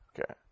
Okay